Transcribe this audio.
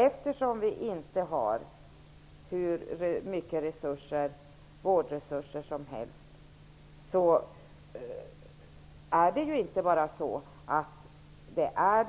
Eftersom vi inte har hur stora vårdresurser som helst får